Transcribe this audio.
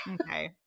Okay